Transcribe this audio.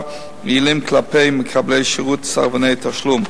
יעילים כלפי מקבלי שירות סרבני תשלום.